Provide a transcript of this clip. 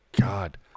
God